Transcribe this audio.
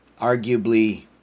arguably